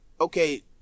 okay